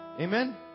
Amen